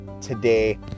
today